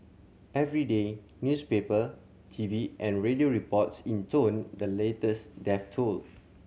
every day newspaper TV and radio reports intoned the latest death toll